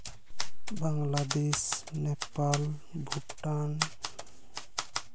Bangladesh Nepal Bhutan